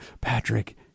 Patrick